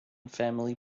family